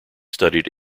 studied